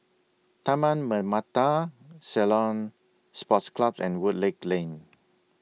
Taman Permata Ceylon Sports Club and Woodleigh Lane